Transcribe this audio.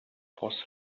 for